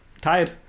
tired